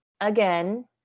again